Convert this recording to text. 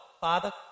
Father